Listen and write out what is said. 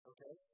Okay